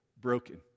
broken